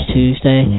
Tuesday